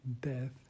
death